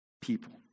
people